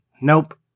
nope